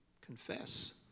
confess